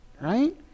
right